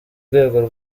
rwego